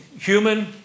human